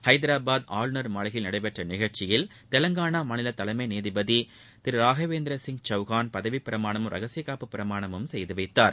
ஐதராபாத் ஆளுநர் மாளிகையில் நடைபெற்ற நிகழ்ச்சியில் தெலங்கானா மாநில தலைமை நீதிபதி திரு ராகவேந்திர சிங் சவுகான் பதவி பிரமாணமும் ரகசியக்காப்பு பிரமாணமும் செய்து வைத்தார்